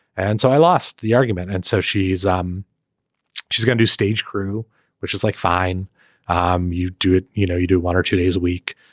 and so i lost the argument. and so she's um she's she's going to stage crew which is like fine um you do it you know you do one or two days a week.